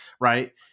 right